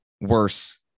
worse